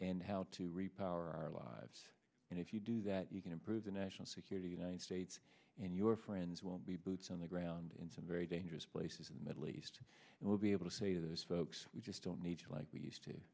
and how to repair our lives and if you do that you can improve the national security united states and your friends won't be boots on the ground in some very dangerous places in the middle east and we'll be able to say to those folks we just don't need to like we used to